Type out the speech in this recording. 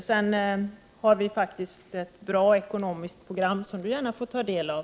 Vi har faktiskt ett bra ekonomiskt program, som Daniel Tarschys gärna får ta del av.